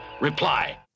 Reply